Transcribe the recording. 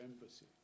Embassy